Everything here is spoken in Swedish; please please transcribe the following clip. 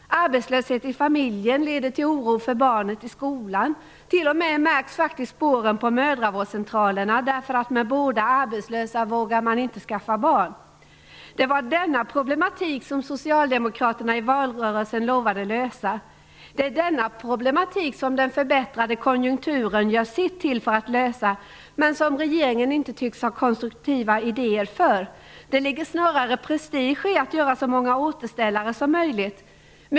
Arbetslöshet i familjen leder till oro för barnen i skolan. Spåren märks faktiskt t.o.m. på mödravårdscentralerna. När båda är arbetslösa vågar man inte skaffa barn. Det var denna problematik som Socialdemokraterna i valrörelsen lovade lösa. Det är denna problematik som den förbättrade konjunkturen gör sitt till för att lösa, men som regeringen inte tycks ha konstruktiva idéer för. Det ligger snarare prestige i att göra så många återställare som möjligt.